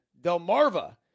Delmarva